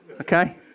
Okay